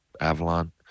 Avalon